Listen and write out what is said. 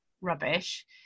rubbish